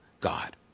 God